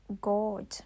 God